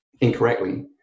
incorrectly